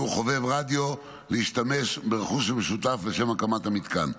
חובב רדיו להשתמש ברכוש המשותף לשם הקמת המתקן.